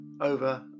over